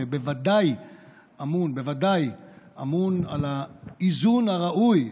שבוודאי אמון על האיזון הראוי,